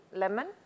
lemon